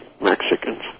Mexicans